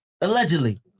Allegedly